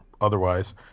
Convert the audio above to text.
otherwise